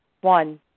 One